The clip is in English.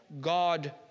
God